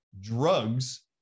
drugs